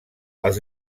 els